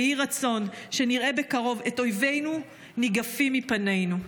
ויהי רצון שנראה בקרוב את אויבינו ניגפים מפנינו.